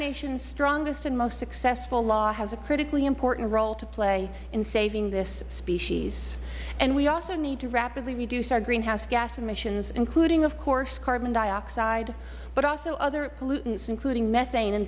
nation's strongest and most successful law has a critically important role to play in saving this species and we also need to rapidly reduce our greenhouse gas emissions including of course carbon dioxide but also other pollutants including methane and